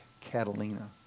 Catalina